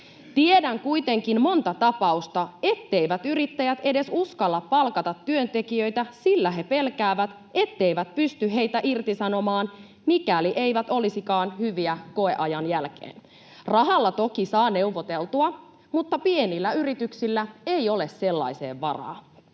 Tiedän kuitenkin monta tapausta, etteivät yrittäjät edes uskalla palkata työntekijöitä, sillä he pelkäävät, etteivät pysty näitä irtisanomaan, mikäli nämä eivät olisikaan hyviä koeajan jälkeen. Rahalla toki saa neuvoteltua, mutta pienillä yrityksillä ei ole sellaiseen varaa.